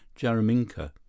jaraminka